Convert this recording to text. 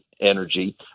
energy